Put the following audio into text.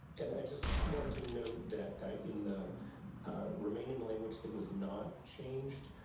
and i just wanted to note that in the remaining language that was not changed.